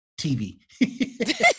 TV